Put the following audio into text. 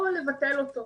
או לבטל אותו.